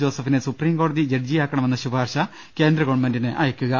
ജോസഫിനെ സുപ്രീംകോടതി ജഡ്ജിയാ ക്കണമെന്ന ശുപാർശ കേന്ദ്രഗവൺമെന്റിന് അയയ്ക്കുക